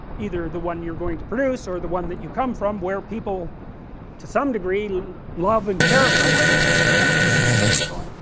either the one you are going to produce or the one that you come from where people to some degree, love and care for one another, that's a good thing to work on,